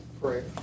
prayer